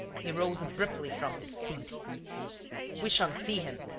he rose abruptly from his seat we shan't see him.